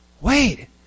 wait